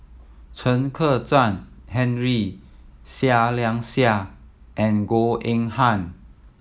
Chen Kezhan Henri Seah Liang Seah and Goh Eng Han